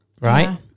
right